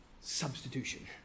Substitution